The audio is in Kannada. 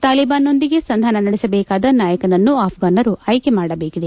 ತಾಲಿಬಾನ್ ನೊಂದಿಗೆ ಸಂಧಾನ ನಡೆಸಬೇಕಾದ ನಾಯಕನನ್ನು ಅಪ್ಫನ್ನರು ಆಯ್ಕೆ ಮಾಡಬೇಕಿದೆ